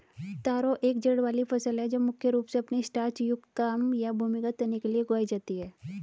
तारो एक जड़ वाली फसल है जो मुख्य रूप से अपने स्टार्च युक्त कॉर्म या भूमिगत तने के लिए उगाई जाती है